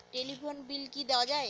Telephone bill কি দেওয়া যায়?